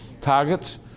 targets